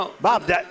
Bob